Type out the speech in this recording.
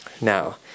Now